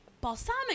balsamic